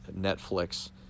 Netflix